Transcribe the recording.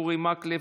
אורי מקלב,